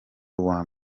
uwa